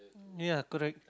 ya correct